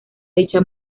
dicha